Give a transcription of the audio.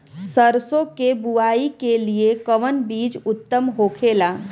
सरसो के बुआई के लिए कवन बिज उत्तम होखेला?